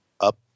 up